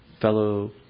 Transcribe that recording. Fellow